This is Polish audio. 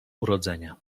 urodzenia